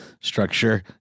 structure